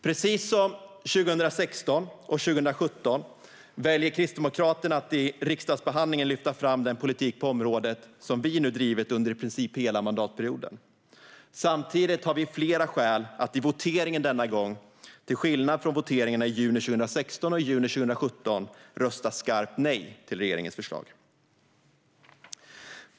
Precis som 2016 och 2017 väljer Kristdemokraterna att i riksdagsbehandlingen lyfta fram den politik på området som vi nu drivit under i princip hela mandatperioden. Samtidigt har vi flera skäl att i voteringen denna gång, till skillnad från voteringarna i juni 2016 och juni 2017, rösta skarpt nej till regeringens förslag.